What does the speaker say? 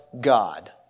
God